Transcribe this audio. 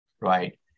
right